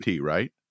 right